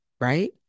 right